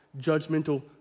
judgmental